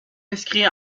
inscrits